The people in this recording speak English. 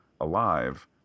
alive